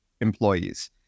employees